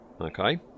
Okay